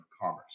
Commerce